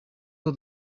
uko